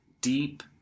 Deep